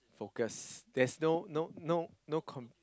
focus there's no no no no com~